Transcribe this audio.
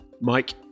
Mike